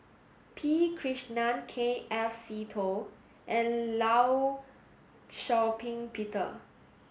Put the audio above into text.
P Krishnan K F Seetoh and Law Shau Ping Peter